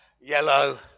yellow